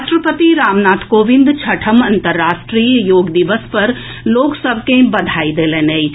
राष्ट्रपति रामनाथ कोविंद छठम अंतरराष्ट्रीय योग दिवस पर लोक सभ के बधाई देलनि अछि